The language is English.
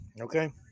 Okay